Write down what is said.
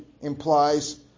implies